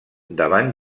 davant